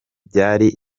byari